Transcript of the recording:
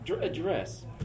address